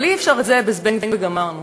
אבל אי-אפשר את זה ב"זבנג וגמרנו",